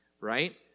right